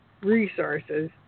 resources